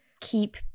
keep